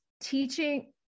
teaching